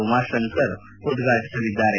Umashankar ಉದಾಟಿಸಲಿದ್ದಾರೆ